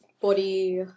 body